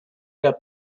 der